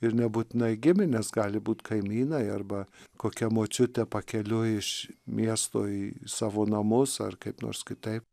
ir nebūtinai gimines gali būt kaimynai arba kokia močiutė pakeliui iš miesto į savo namus ar kaip nors kitaip